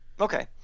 Okay